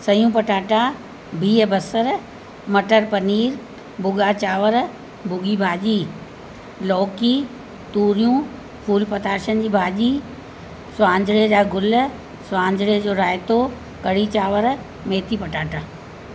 सइयूं पटाटा बिहु बसरु मटर पनीर भुॻा चावरु भुॻी भाॼी लौकी तुरियूं फुल पताशनि जी भाॼी सवांजरे जा गुल सवांजरे जो रायतो कढ़ी चावरु मैथी पटाटा